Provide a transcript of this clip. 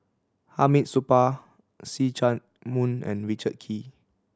Hamid Supaat See Chak Mun and Richard Kee